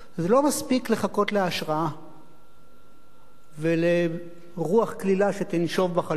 זה לא מספיק לחכות להשראה ולרוח קלילה שתנשב בחלון.